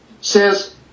says